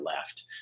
left